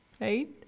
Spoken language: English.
right